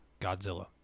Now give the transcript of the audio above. Godzilla